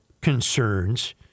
concerns